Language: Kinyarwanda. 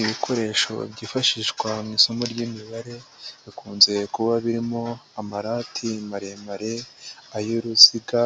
Ibikoresho byifashishwa mu isomo ry'imibare, bikunze kuba birimo amarati maremare, ay'uruziga